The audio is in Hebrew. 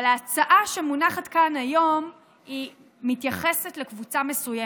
אבל ההצעה שמונחת כאן היום מתייחסת לקבוצה מסוימת.